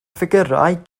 ffigyrau